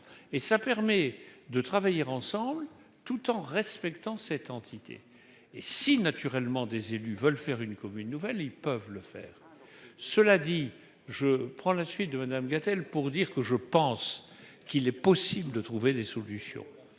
et ça permet de travailler ensemble tout en respectant cette entité et si naturellement des élus veulent faire une commune nouvelle, ils peuvent le faire, cela dit, je prends la suite de Madame Gatel pour dire que je pense qu'il est possible de trouver des solutions,